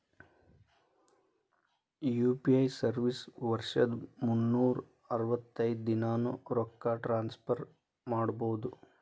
UPI service ವರ್ಷದ್ ಮುನ್ನೂರ್ ಅರವತ್ತೈದ ದಿನಾನೂ ರೊಕ್ಕ ಟ್ರಾನ್ಸ್ಫರ್ ಮಾಡ್ಬಹುದು